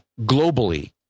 globally